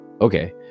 okay